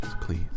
please